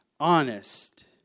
Honest